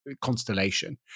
constellation